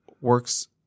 works